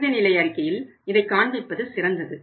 இறுதி நிலை அறிக்கையில் இதை காண்பிப்பது சிறந்தது